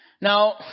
Now